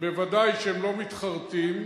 וודאי שהם לא מתחרטים,